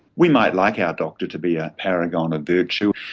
we might like our doctor to be a paragon of virtue,